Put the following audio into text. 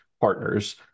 partners